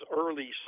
early